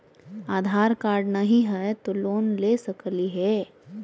आधार card नही हय, तो लोन ले सकलिये है?